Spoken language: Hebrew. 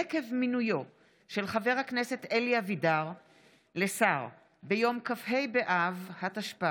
עקב מינויו של חבר הכנסת אלי אבידר לשר ביום כ"ה באב התשפ"א,